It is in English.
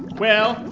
well,